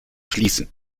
schließen